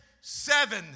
seven